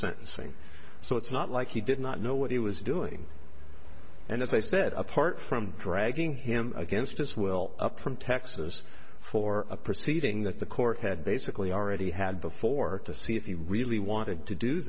sentencing so it's not like he did not know what he was doing and as i said apart from dragging him against his will up from texas for a proceeding that the court had basically already had before to see if he really wanted to do